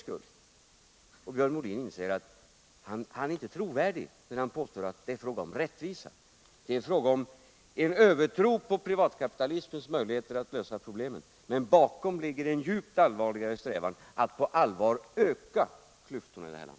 Då måste Björn Molin inse att han inte är trovärdig, när han påstår att det är fråga om rättvisa. Det är i stället fråga om en övertro på privatkapitalismens möjligheter att lösa problemen, och i bakgrunden ligger en djupt allvarlig strävan — att på allvar öka klyftorna i det här landet.